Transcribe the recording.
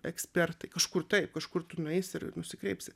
ekspertai kažkur taip kažkur tu nueisi ir nusikreipsi